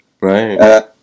Right